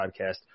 Podcast